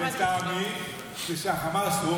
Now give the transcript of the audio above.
אז מה זה --- הגורם הבעייתי לטעמי זה שהחמאס רואה